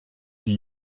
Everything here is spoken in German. die